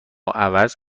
عوض